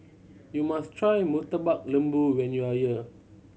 you must try Murtabak Lembu when you are here